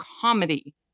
comedy